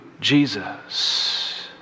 Jesus